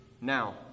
Now